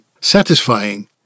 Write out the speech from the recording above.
satisfying